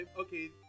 Okay